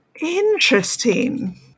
Interesting